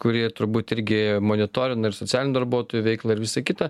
kurie turbūt irgi monitorina ir socialinių darbuotojų veiklą ir visa kita